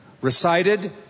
recited